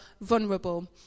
vulnerable